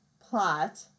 plot